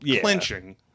Clenching